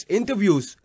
interviews